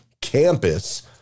campus